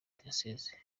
diyosezi